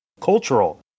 cultural